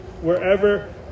wherever